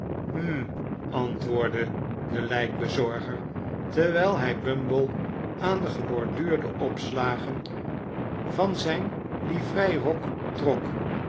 antwoordde de lijkbezorger terwijl hij bumble aan de geborduurde opslagen van zijn livrei rok trok